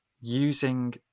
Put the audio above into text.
using